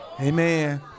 amen